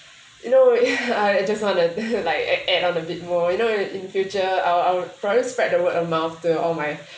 you know I just want to like add on a bit more you know in future I'll I'll probably spread the word of mouth to all my